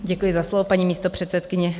Děkuji za slovo, paní místopředsedkyně.